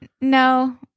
No